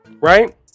right